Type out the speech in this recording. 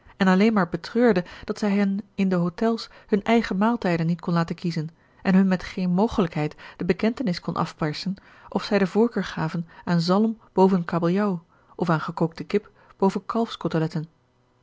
en alleen maar betreurde dat zij hen in de hotels hun eigen maaltijden niet kon laten kiezen en hun met geen mogelijkheid de bekentenis kon afpersen of zij de voorkeur gaven aan zalm boven kabeljauw of aan gekookte kip boven